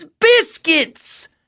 biscuits